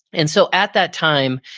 and so at that time,